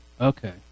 Okay